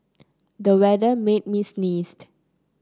the weather made me sneezed